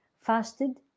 fasted